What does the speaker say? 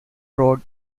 road